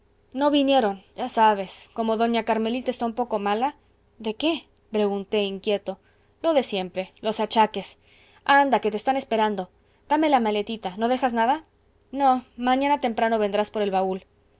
no vinieron ya sabes como doña carmelita está un poco mala de qué pregunté inquieto lo de siempre los achaques anda que te están esperando dame la maletita no dejas nada no mañana temprano vendrás por el baúl